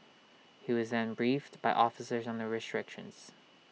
he was then briefed by officers on the restrictions